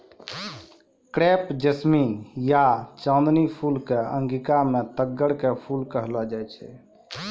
crepe jasmine या चांदनी फूल कॅ अंगिका मॅ तग्गड़ के फूल कहलो जाय छै